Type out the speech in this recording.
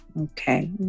Okay